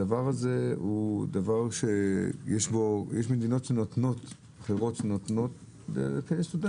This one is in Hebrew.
זה דבר יש מדינות שנותנות לסטודנטים.